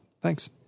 Thanks